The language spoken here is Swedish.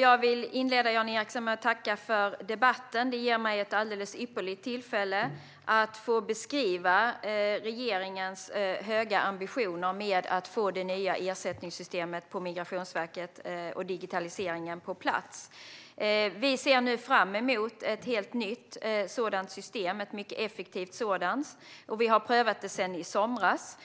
Jag vill inleda med att tacka för debatten, Jan Ericson. Den har gett mig ett alldeles ypperligt tillfälle att beskriva regeringens höga ambitioner med att få det nya ersättningssystemet på Migrationsverket och digitaliseringen på plats. Vi ser nu fram emot ett helt nytt sådant system, ett mycket effektivt sådant, och vi har prövat det sedan i somras.